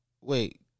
Wait